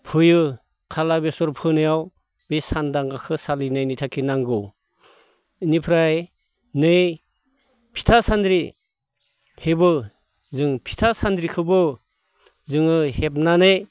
फुयो खाला बेसर फोनायाव बे सानदांगाखो सालिनायनि थाखाय नांगौ इनिफ्राय नै फिथा सान्द्रि हेबो जों फिथा सान्द्रिखोबो जोङो हेबनानै